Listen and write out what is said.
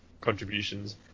contributions